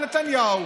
נתניהו,